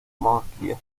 monarquía